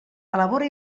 elabora